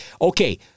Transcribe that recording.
okay